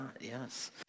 Yes